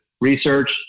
research